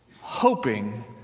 hoping